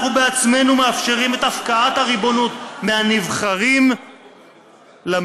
אנחנו בעצמנו מאפשרים את הפקעת הריבונות מהנבחרים לממונים,